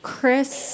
Chris